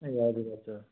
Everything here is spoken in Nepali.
ए हजुर हजुर